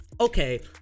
Okay